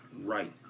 right